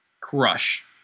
Crush